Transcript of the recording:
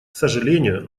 сожалению